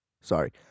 Sorry